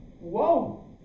Whoa